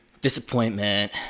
disappointment